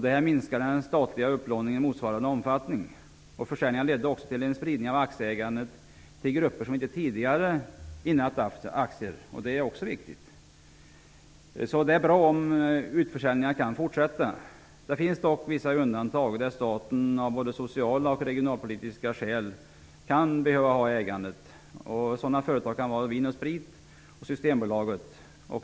Detta minskar den statliga upplåningen i motsvarande omfattning. Försäljningen ledde också till en spridning av aktieägandet till grupper som inte tidigare innehaft aktier. Det är också viktigt. Det är bra om utförsäljningarna kan fortsätta. Det finns dock vissa undantag, där staten av både sociala och regionalpolitiska skäl kan behöva ha ägarrollen. Sådana företag kan vara Vin & Sprit och Systembolaget.